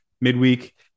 midweek